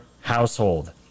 household